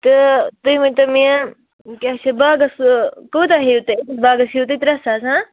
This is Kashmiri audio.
تہٕ تُہۍ ؤنۍ تو مےٚ کیٛاہ چھِ باغَس کوٗتاہ ہیٚیُو تُہۍ أکِس باغَس ہییو تُہۍ ترٛےٚ ساس ہہ